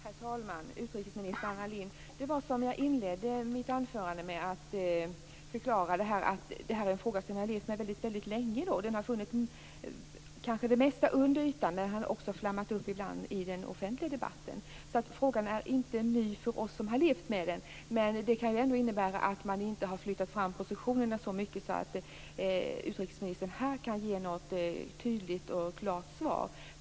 Herr talman! Utrikesminister Anna Lindh! Som jag inledde mitt anförande med att förklara är detta en fråga som vi har levt med väldigt länge. Den har kanske mest funnits under ytan, men den har också flammat upp ibland i den offentliga debatten. Frågan är alltså inte ny för oss som har levt med den, men det kan ändå vara så att man inte har flyttat fram positionerna så mycket att utrikesministern här kan ge något tydligt och klart svar.